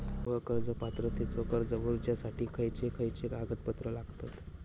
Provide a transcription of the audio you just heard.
गृह कर्ज पात्रतेचो अर्ज भरुच्यासाठी खयचे खयचे कागदपत्र लागतत?